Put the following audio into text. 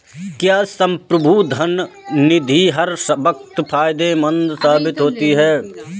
क्या संप्रभु धन निधि हर वक्त फायदेमंद साबित होती है?